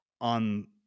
on